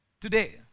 today